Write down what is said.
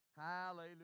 Hallelujah